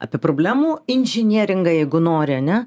apie problemų inžinieringą jeigu nori ane